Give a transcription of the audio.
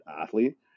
athlete